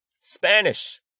Spanish